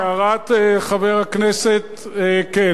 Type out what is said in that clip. להערת חבר הכנסת כן.